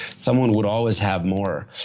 someone would always have more.